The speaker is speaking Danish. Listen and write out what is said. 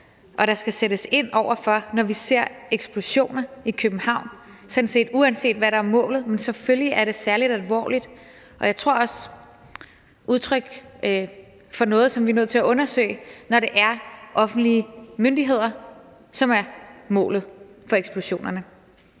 at der skal sættes ind over for det, når vi ser eksplosioner i København, uanset hvad der er målet. Men selvfølgelig er det særlig alvorligt – og jeg tror også, det er udtryk for noget, som vi er nødt til at undersøge – når det er offentlige myndigheder, som er målet for eksplosionerne.